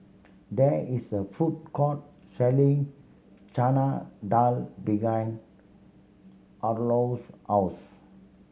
there is a food court selling Chana Dal behind Harlow's house